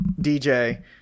DJ